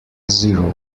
zero